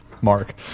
mark